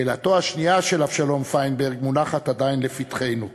שאלתו השנייה של אבשלום פיינברג מונחת עדיין לפתחנו: